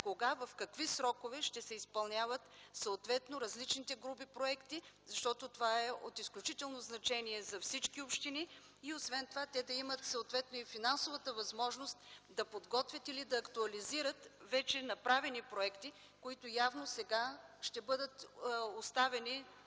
кога и в какви срокове ще се изпълняват различните групи проекти, защото това е от изключително значение за всички общини. И освен това те да имат съответно финансовата възможност да подготвят или да актуализират вече направени проекти, които явно сега ще бъдат оставени